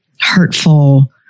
hurtful